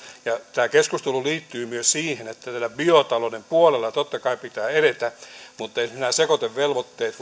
tämä keskustelu liittyy myös siihen että biotalouden puolella totta kai pitää edetä mutta nämä sekoitevelvoitteet